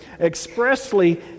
expressly